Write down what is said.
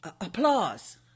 applause